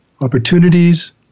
opportunities